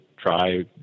Try